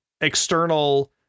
external